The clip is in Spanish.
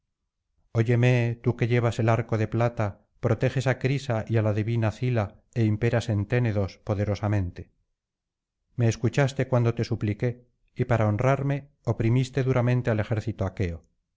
óyeme tú que llevas arco de plata proteges á crisa y á la divina cila é imperas en ténedos poderosamente me escuchaste cuando te supliqué y para honrarme oprimiste duramente al ejército aqueo